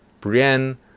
Brienne